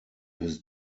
his